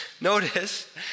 Notice